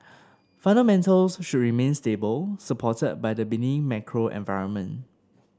fundamentals should remain stable supported by the benign macro environment